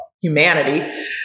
humanity